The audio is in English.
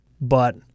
But-